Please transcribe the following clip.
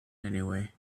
anyway